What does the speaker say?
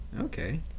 Okay